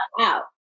out